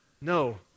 No